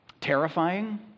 terrifying